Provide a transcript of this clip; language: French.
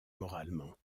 moralement